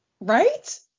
Right